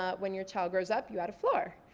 ah when your child grows up, you add floor.